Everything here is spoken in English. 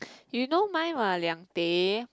you know mine [what] Liang-Teh